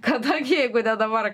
kada gi jeigu dabar